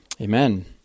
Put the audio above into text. Amen